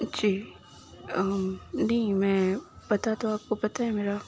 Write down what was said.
جی نہیں میں پتہ تو آپ کو پتہ ہے میرا